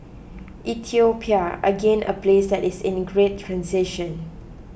Ethiopia again a place that is in great transition